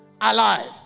alive